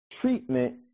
treatment